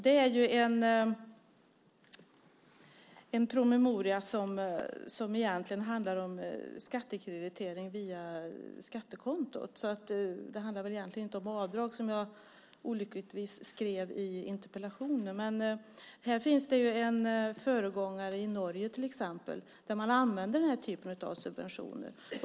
Det är en promemoria som handlar om skattekreditering via skattekontot. Det handlar egentligen inte om avdrag, som jag olyckligtvis skrev i interpellationen. Här finns det en föregångare till exempel i Norge, där man använder den här typen av subventioner.